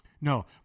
No